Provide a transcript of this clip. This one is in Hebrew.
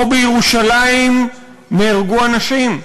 פה בירושלים נהרגו אנשים.